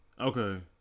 Okay